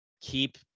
keep